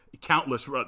countless